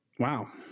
wow